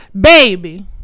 baby